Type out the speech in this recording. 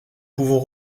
pouvons